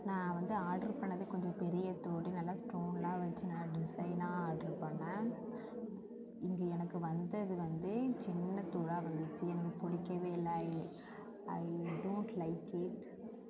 நான் வந்து ஆட்ரு பண்ணது கொஞ்சம் பெரிய தோடு நல்லா ஸ்டோன்லாம் வச்சு நல்ல டிசைன்னாக ஆட்ரு பண்ணேன் இங்கே எனக்கு வந்தது வந்து சின்ன தோடாக வந்துச்சு எனக்கு பிடிக்கவே இல்லை I I don't like it